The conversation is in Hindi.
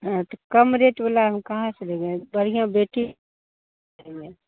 हाँ तो कम रेट मिला हम कहाँ से देंगे बढ़िया बेटी चाहिए